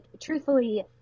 truthfully